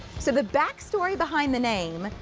so the back story behind the name,